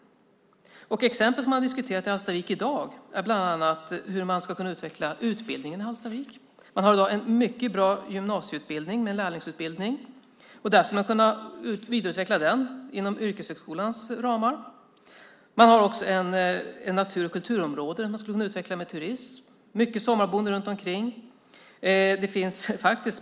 Vad som i dag diskuteras i Hallstavik är bland annat hur man ska kunna utveckla utbildningen där. I dag har man en mycket bra gymnasieutbildning med en lärlingsutbildning. Den skulle kunna vidareutvecklas inom yrkeshögskolans ramar. Man har också natur och kulturområden som skulle kunna utvecklas med turism. Det finns många sommarboende runt omkring.